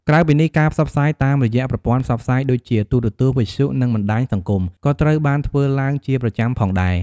ក្រៅពីនេះ ការផ្សព្វផ្សាយតាមរយៈប្រព័ន្ធផ្សព្វផ្សាយដូចជា ទូរទស្សន៍ វិទ្យុ និងបណ្តាញសង្គម ក៏ត្រូវបានធ្វើឡើងជាប្រចាំផងដែរ។